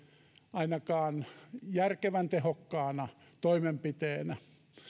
ainakaan järkevän tehokkaana toimenpiteenä